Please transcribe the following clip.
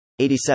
87